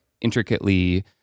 intricately